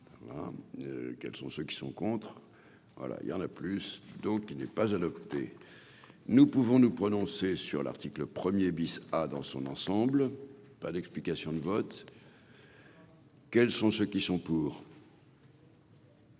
pour. Quels sont ceux qui sont contre, voilà, il y en a plus, donc il n'est pas adopté, nous pouvons nous prononcer sur l'article 1er bis à dans son ensemble, pas d'explication de vote. Quels sont ceux qui sont pour.